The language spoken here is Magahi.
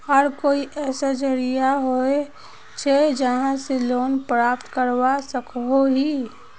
आर कोई ऐसा जरिया होचे जहा से लोन प्राप्त करवा सकोहो ही?